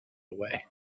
away